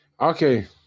Okay